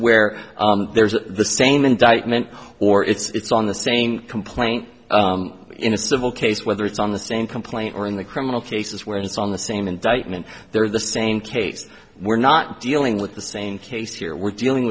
where there's the same indictment or it's on the same complaint in a civil case whether it's on the same complaint or in the criminal cases where it's on the same indictment they're the same case we're not dealing with the same case here we're dealing